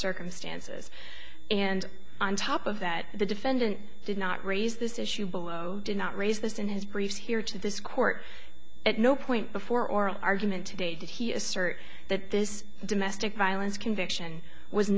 circumstances and on top of that the defendant did not raise this issue below did not raise this in his briefs here to this court at no point before our argument today did he assert that this domestic violence conviction was